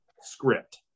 script